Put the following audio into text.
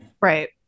Right